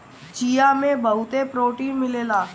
चिया में बहुते प्रोटीन मिलेला